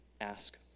ask